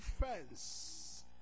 defense